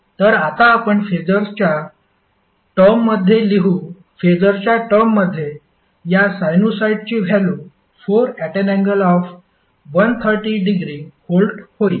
तर आता आपण फेसरच्या टर्ममध्ये लिहू फेसरच्या टर्ममध्ये या साइनुसॉईडची व्हॅलू 4∠130 डिग्री व्होल्ट होईल